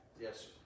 Yes